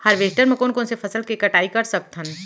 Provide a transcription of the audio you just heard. Harvester म कोन कोन से फसल के कटाई कर सकथन?